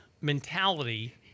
mentality